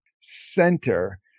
center